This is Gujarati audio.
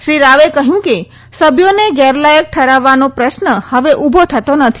શ્રી રાવે કહ્યું કે સભ્યોને ગેરલાયક ઠરાવવાનો પ્રશ્ન હવે ઊભો થતો નથી